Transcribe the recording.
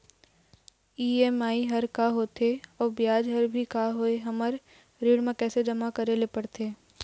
EMI हर का होथे अऊ ब्याज हर भी का होथे ये हर हमर ऋण मा कैसे जमा करे ले पड़ते?